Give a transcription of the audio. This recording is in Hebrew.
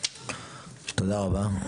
תודה רבה.